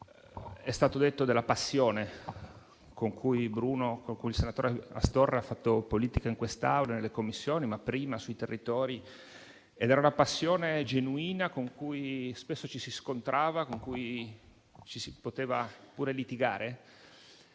È stato detto della passione con cui Bruno, il senatore Astorre, ha fatto politica in questa Assemblea e nelle Commissioni, ma prima ancora nei territori. La sua era una passione genuina, con cui spesso ci si scontrava, con cui si poteva pure litigare.